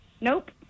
Nope